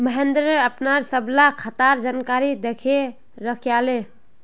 महेंद्र अपनार सबला खातार जानकारी दखे रखयाले